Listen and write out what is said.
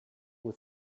with